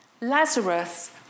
Lazarus